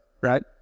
right